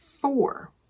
four